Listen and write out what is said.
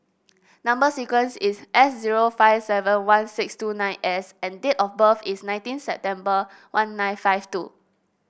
number sequence is S zero five seven one six two nine S and date of birth is nineteen September one nine five two